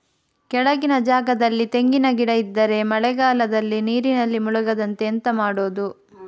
ಕೆಳಗಿನ ಜಾಗದಲ್ಲಿ ತೆಂಗಿನ ಗಿಡ ಇದ್ದರೆ ಮಳೆಗಾಲದಲ್ಲಿ ನೀರಿನಲ್ಲಿ ಮುಳುಗದಂತೆ ಎಂತ ಮಾಡೋದು?